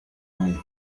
μου